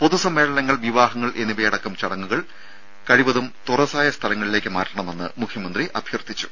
പൊതുസമ്മേളനങ്ങൾ വിവാഹങ്ങൾ എന്നിവയടക്കം ചടങ്ങുകൾ കഴിവതും തുറസായ സ്ഥലങ്ങളിലേക്ക് മാറ്റണമെന്ന് മുഖ്യമന്ത്രി അഭ്യർത്ഥിച്ചു